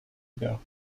ago